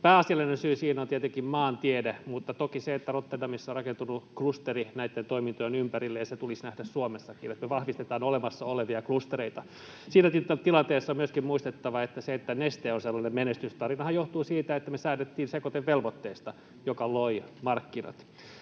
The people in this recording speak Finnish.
Pääasiallinen syy siinä on tietenkin maantiede, mutta toki sekin, että Rotterdamissa on rakentunut klusteri näitten toimintojen ympärille. Se tulisi nähdä Suomessakin, että me vahvistetaan olemassa olevia klustereita. Siinä tilanteessa on myöskin muistettava, että sehän, että Neste on sellainen menestystarina, johtuu siitä, että me säädettiin sekoitevelvoitteesta, joka loi markkinat.